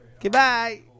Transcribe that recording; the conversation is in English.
Goodbye